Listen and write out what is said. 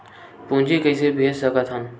पूंजी कइसे भेज सकत हन?